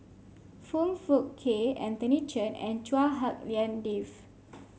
Foong Fook Kay Anthony Chen and Chua Hak Lien Dave